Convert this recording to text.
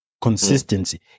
consistency